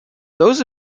those